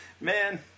man